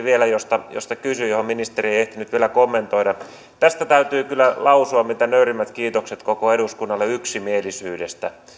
vielä tähän asedirektiiviin josta kysyin ja johon ministeri ei ehtinyt vielä kommentoida tässä täytyy kyllä lausua mitä nöyrimmät kiitokset koko eduskunnalle yksimielisyydestä